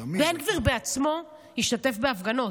תמיד, בן גביר בעצמו השתתף בהפגנות,